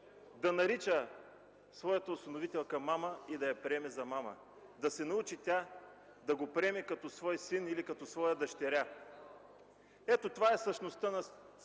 да нарича своята осиновителка „мама” и да я приема за „мама”, да се научи и тя да го приема като свой син или като своя дъщеря. Ето това е същността на